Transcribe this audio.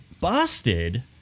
busted